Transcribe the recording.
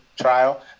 trial